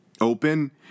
open